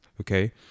okay